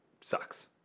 sucks